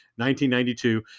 1992